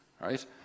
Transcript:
right